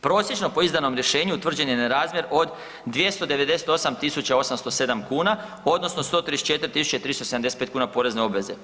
Prosječno po izdanom rješenju utvrđen je nerazmjer od 298.807,00 kuna odnosno 134.375,00 kuna porezne obveze.